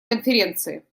конференции